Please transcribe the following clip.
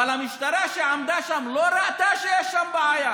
אבל המשטרה שעמדה שם לא ראתה שיש שם בעיה,